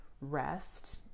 rest